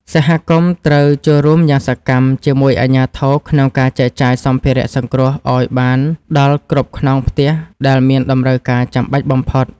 សហគមន៍ត្រូវចូលរួមយ៉ាងសកម្មជាមួយអាជ្ញាធរក្នុងការចែកចាយសម្ភារៈសង្គ្រោះឱ្យបានដល់គ្រប់ខ្នងផ្ទះដែលមានតម្រូវការចាំបាច់បំផុត។